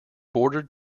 bordered